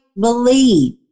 believe